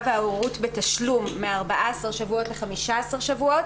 וההורות בתשלום מ-14 שבועות ל-15 שבועות.